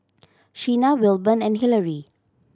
Shena Wilburn and Hillery